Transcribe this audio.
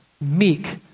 meek